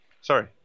Sorry